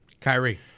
Kyrie